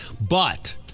but-